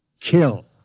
Kill